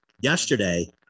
yesterday